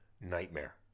nightmare